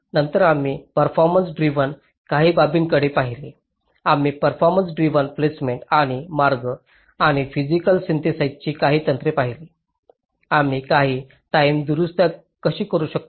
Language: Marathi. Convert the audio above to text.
नंतर आम्ही परफॉर्मन्स ड्रिव्हन काही बाबींकडे पाहिले आम्ही परफॉर्मन्स ड्रिव्हन प्लेसमेंट आणि मार्ग आणि फिसिकल सिन्थेसिसाची काही तंत्रे पाहिली आम्ही काही टाईम दुरुस्त्या कशी करू शकतो